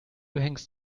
hängst